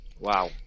Wow